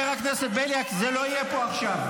תודה רבה.